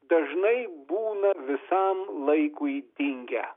dažnai būna visam laikui dingę